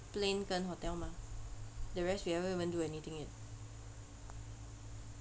plane and hotel mah the rest we haven't even do anything yet